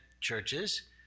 churches